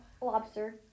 Lobster